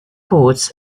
ports